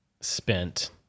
spent